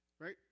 Right